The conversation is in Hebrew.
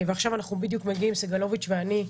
ועכשיו אנחנו בדיוק מגיעים, סגלוביץ' ואני,